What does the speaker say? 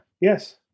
Yes